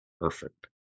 Perfect